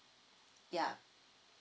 ya